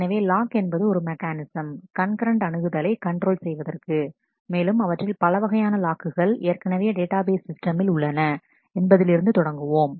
எனவே லாக் என்பது ஒரு மெக்கானிசம் கண்கரண்ட் அணுகுதலை கண்ட்ரோல் செய்வதற்கு மேலும் அவற்றில் பல வகையான லாக்குகள் ஏற்கனவே டேட்டாபேஸ் சிஸ்டமில் உள்ளன என்பதில் இருந்து தொடங்குவோம்